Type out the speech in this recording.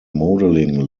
modeling